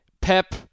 Pep